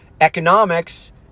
economics